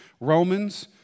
Romans